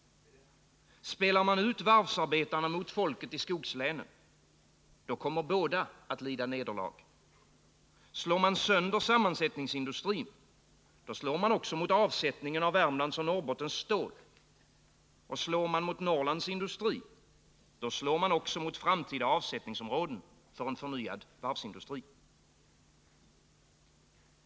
Spelar man ut varvsarbetarna mot folket i skogslänen — då kommer båda att lida nederlag. Slår man sönder sammansättningsindustrin — då slår man också mot avsättningen av Värmlands och Norrbottens stål. Och slår man mot Norrlands industri — då slår man också mot framtida avsättningsområden för en förnyad varvsindustri.